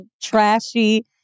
trashy